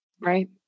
right